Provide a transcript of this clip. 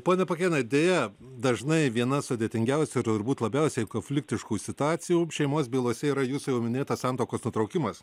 pone pakėnai deja dažnai viena sudėtingiausių ir turbūt labiausiai konfliktiškų situacijų šeimos bylose yra jūsų jau minėtas santuokos nutraukimas